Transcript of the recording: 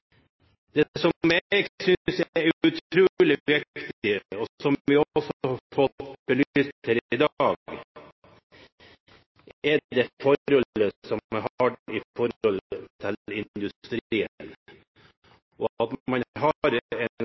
som jeg synes er utrolig viktig, og som vi også har fått belyst her i dag, er det som er gjort i forhold til industrien, og at man har en